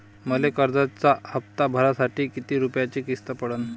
मले कर्जाचा हप्ता भरासाठी किती रूपयाची किस्त पडन?